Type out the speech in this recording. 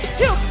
two